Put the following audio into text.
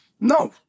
no